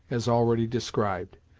as already described.